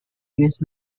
use